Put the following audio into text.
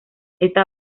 esta